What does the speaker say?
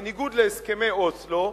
בניגוד להסכמי אוסלו,